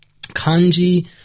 Kanji